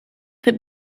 that